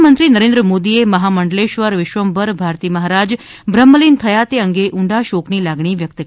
પ્રધાનમંત્રી નરેન્દ્ર મોદીએ મહામંડલેશ્વર વિશ્વંભર ભારતી મહારાજ બ્રહ્મલીન થયા તે અંગે ઉંડા શોકની લાગણી વ્યક્ત કરી છે